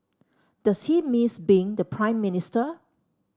does he miss being the Prime Minister